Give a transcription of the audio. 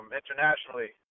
internationally